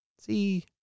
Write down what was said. see